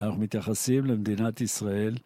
אנחנו מתייחסים למדינת ישראל